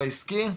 בעסקי,